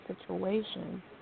situation